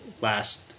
last